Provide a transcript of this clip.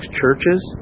churches